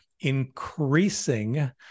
increasing